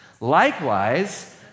Likewise